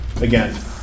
again